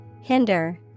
Hinder